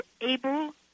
able